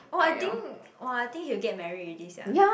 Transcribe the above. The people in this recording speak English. oh I think oh I think he'll get married already sia